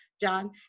john